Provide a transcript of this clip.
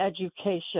education